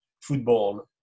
football